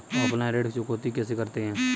Offline ऋण चुकौती कैसे करते हैं?